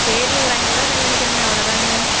சரி ஒரு ஐநூறுபா கம்மி பண்ணிக்கிறேன்ங்க அவ்வளோதாங்க